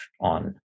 on